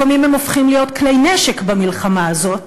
לפעמים הם הופכים להיות כלי נשק במלחמה הזאת.